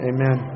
Amen